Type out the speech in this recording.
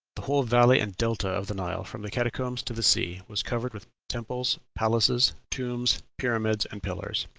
the whole valley and delta of the nile, from the catacombs to the sea, was covered with temples, palaces, tombs, pyramids, and pillars.